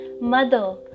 mother